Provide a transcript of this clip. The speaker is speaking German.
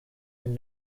den